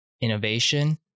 innovation